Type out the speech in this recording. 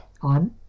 on